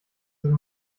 sind